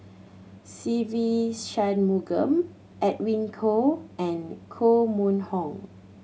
Se Ve Shanmugam Edwin Koo and Koh Mun Hong